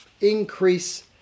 Increase